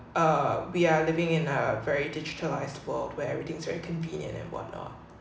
uh we are living in a very digitalised world where everything is very convenient and whatnot